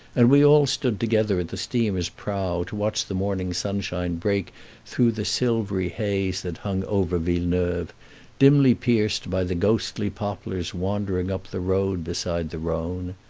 and we all stood together at the steamer's prow to watch the morning sunshine break through the silvery haze that hung over villeneuve, dimly pierced by the ghostly poplars wandering up the road beside the rhone.